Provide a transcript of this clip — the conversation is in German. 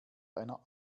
einer